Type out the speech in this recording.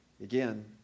Again